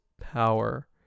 power